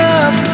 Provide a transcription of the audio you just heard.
up